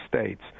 States